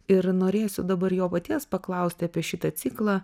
ir norėsiu dabar jo paties paklausti apie šitą ciklą